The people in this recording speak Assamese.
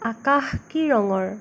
আকাশ কি ৰঙৰ